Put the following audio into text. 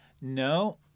no